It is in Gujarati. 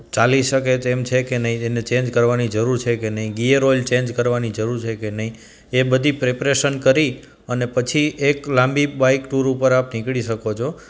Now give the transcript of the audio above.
ચાલી શકે તેમ છે કે નહીં તેને ચેન્જ કરવાની જરૂર છે કે નહીં ગેર ઓઇલ ચેન્જ કરવાની જરૂર છે કે નહીં એ બધી પ્રેપરેશન કરી અને પછી એક લાંબી બાઇક ટુર ઉપર આપ નીકળી શકો છો